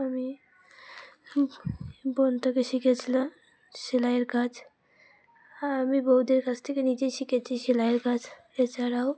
আমি বোনটাকে শিখেছিলাম সেলাইয়ের কাজ আমি বউদির কাছ থেকে নিজেই শিখেছি সেলাইয়ের কাজ এছাড়াও